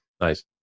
nice